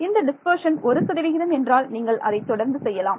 இந்த டிஸ்பர்ஷன் ஒரு சதவிகிதம் என்றால் நீங்கள் அதை தொடர்ந்து செய்யலாம்